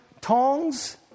tongs